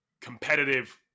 competitive